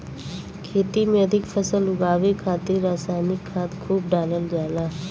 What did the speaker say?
खेती में अधिक फसल उगावे खातिर रसायनिक खाद खूब डालल जाला